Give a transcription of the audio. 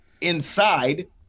inside